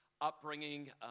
upbringing